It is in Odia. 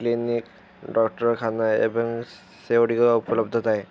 କ୍ଲିନିକ୍ ଡ଼କ୍ଟରଖାନା ଏବଂ ସେଗୁଡ଼ିକ ଉପଲବ୍ଧ ଥାଏ